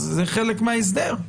אז זה חלק מההסדר,